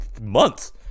months